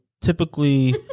Typically